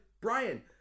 Brian